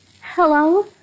Hello